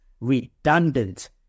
redundant